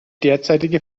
derzeitige